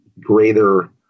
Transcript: greater